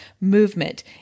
movement